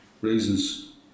reasons